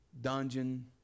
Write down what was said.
dungeon